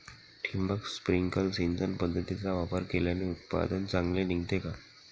ठिबक, स्प्रिंकल सिंचन पद्धतीचा वापर केल्याने उत्पादन चांगले निघते का?